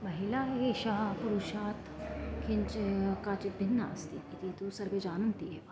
महिला एषः पुरुषात् किञ्च् काचित् भिन्ना अस्ति इति तु सर्वे जानन्ति एव